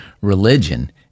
Religion